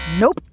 Nope